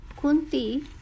Kunti